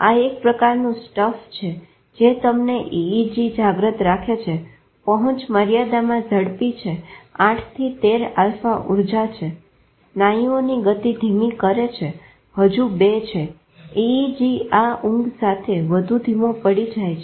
આ એક પ્રકારનું સ્ટફ છે જે તમને EEG જાગ્રત રાખે છે પહોંચમર્યાદામાં ઝડપી છે 8 થી 13 આલ્ફા ઉર્જા છે સ્ન્યુઓની ગતિ ધીમી કરે છે હજુ 2 છે EEG આ ઊંઘ સાથે વધુ ધીમો પડી જાય છે